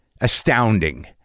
astounding